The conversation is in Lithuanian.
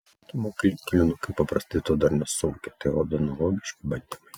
ikimokyklinukai paprastai to dar nesuvokia tai rodo analogiški bandymai